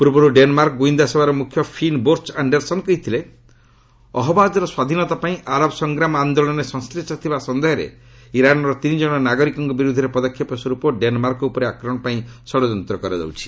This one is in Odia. ପର୍ବରୁ ଡେନ୍ମାର୍କ ଗ୍ରଇନ୍ଦା ସେବାର ମ୍ରଖ୍ୟ ଫିନ୍ ବୋର୍ଚ୍ଚ ଆଶ୍ଡାରସନ୍ କହିଥିଲେ ଅହବାଜ୍ର ସ୍ୱାଧୀନତା ପାଇଁ ଆରବ ସଂଗ୍ରାମ ଆନ୍ଦୋଳନରେ ସଂଶୁି୍ଷ ଥିବା ସନ୍ଦେହରେ ଇରାନ୍ର ତିନିଜଣ ନାଗରିକଙ୍କ ବିରୂଦ୍ଧରେ ପଦକ୍ଷେପ ସ୍ୱର୍ପ ଡେନ୍ମାର୍କ ଉପରେ ଆକ୍ରମଣ ପାଇଁ ଷଡ଼ଯନ୍ତ କର୍ରଛି